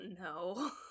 No